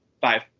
five